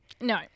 No